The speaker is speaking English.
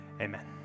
amen